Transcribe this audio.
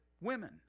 women